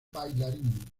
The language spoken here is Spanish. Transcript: bailarín